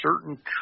certain